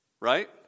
right